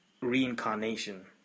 reincarnation